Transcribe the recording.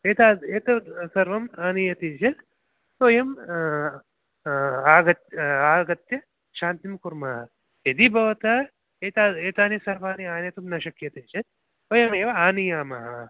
एताद् एतद् सर्वम् आनीयते चेत् वयम् आगत्य आगत्य शान्तिं कुर्मः यदि भवतः एत एतानि सर्वानि आनेतुं न शक्यते चेत् वयमेव आनीयामः